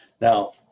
Now